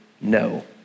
no